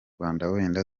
wenda